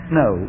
no